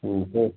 तो